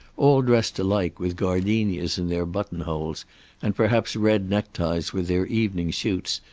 all dressed alike with gardenias in their buttonholes and perhaps red neckties with their evening suits,